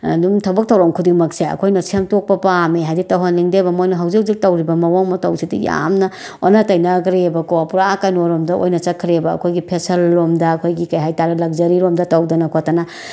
ꯑꯗꯨꯝ ꯊꯕꯛ ꯊꯧꯔꯝ ꯈꯨꯗꯤꯡꯃꯛꯁꯦ ꯑꯩꯈꯣꯏꯅ ꯁꯦꯝꯗꯣꯛꯄ ꯄꯥꯝꯃꯦ ꯍꯥꯏꯗꯤ ꯇꯧꯍꯟꯅꯤꯡꯗꯦꯕ ꯃꯣꯏꯅ ꯍꯧꯖꯤꯛ ꯍꯧꯖꯤꯛ ꯇꯧꯔꯤꯕ ꯃꯑꯣꯡ ꯃꯇꯧꯁꯤꯗꯤ ꯌꯥꯝꯅ ꯑꯣꯟꯅ ꯇꯩꯅꯈ꯭ꯔꯦꯕꯀꯣ ꯄꯨꯔꯥ ꯀꯩꯅꯣꯔꯣꯝꯗ ꯑꯣꯏꯅ ꯆꯠꯈꯔꯦꯕ ꯑꯩꯈꯣꯏꯒꯤ ꯐꯦꯁꯜ ꯂꯣꯝꯗ ꯑꯩꯈꯣꯏꯒꯤ ꯀꯩ ꯍꯥꯏ ꯇꯥꯔꯦ ꯂꯛꯖꯔꯤ ꯔꯣꯝꯗ ꯇꯧꯗꯅ ꯈꯣꯠꯇꯅ